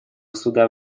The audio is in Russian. суда